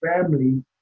family